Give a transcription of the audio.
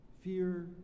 Fear